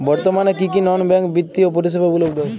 বর্তমানে কী কী নন ব্যাঙ্ক বিত্তীয় পরিষেবা উপলব্ধ আছে?